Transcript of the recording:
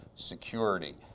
Security